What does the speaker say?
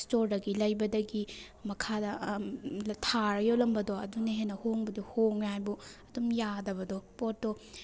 ꯏꯁꯇꯣꯔꯗꯒꯤ ꯂꯩꯕꯗꯒꯤ ꯃꯈꯥꯗ ꯊꯥꯔ ꯌꯣꯜꯂꯝꯕꯗꯣ ꯑꯗꯨꯅ ꯍꯦꯟꯅ ꯍꯣꯡꯕꯨꯗꯤ ꯍꯣꯡꯉꯦ ꯍꯥꯏꯕꯨ ꯑꯗꯨꯝ ꯌꯥꯗꯕꯗꯣ ꯄꯣꯠꯇꯣ